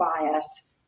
bias